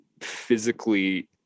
physically